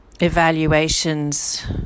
evaluations